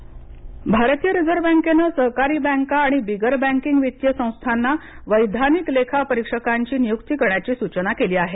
reserve bank भारतीय reserve बँकेनं सहकारी बँका आणि बिगर बँकेंग वित्तीय संस्थांना वैधानिक लेखापरीक्षकांची नियुक्ती करण्याची सूचना केली आहे